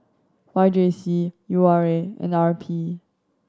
Y J C U R A and R P